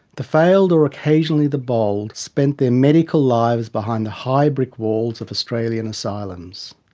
the failed or occasionally the bold spent their medical lives behind the high brick walls of australian asylums.